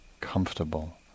comfortable